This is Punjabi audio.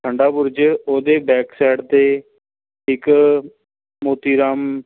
ਠੰਡਾ ਬੁਰਜ ਉਹਦੇ ਬੈਕ ਸਾਈਡ 'ਤੇ ਇੱਕ ਮੋਤੀ ਰਾਮ